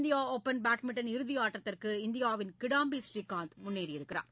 India open badminton இறுதியாட்டத்திற்கு இந்தியாவின் கிடாம்பி ஸ்ரீகாந்த் முன்னேறியுள்ளார்